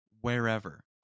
wherever